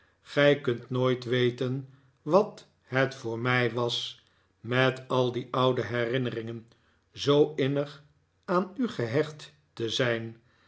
gij kunt nooit weten wat het voor mij was met al die oude herinneringen zoo innig aan u gehecht te zijn